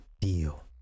deal